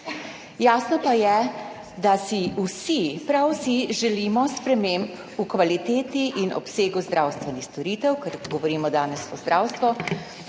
Jasno pa je, da si vsi, prav vsi želimo sprememb v kvaliteti in obsegu zdravstvenih storitev, ker govorimo danes o zdravstvu,